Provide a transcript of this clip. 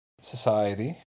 society